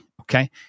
okay